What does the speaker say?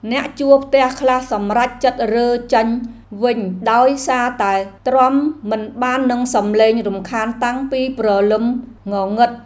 អ្នកជួលផ្ទះខ្លះសម្រេចចិត្តរើចេញវិញដោយសារតែទ្រាំមិនបាននឹងសំឡេងរំខានតាំងពីព្រលឹមងងឹត។